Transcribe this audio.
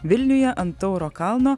vilniuje ant tauro kalno